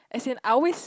as in I always